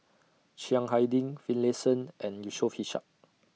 Chiang Hai Ding Finlayson and Yusof Ishak